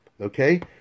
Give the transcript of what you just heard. Okay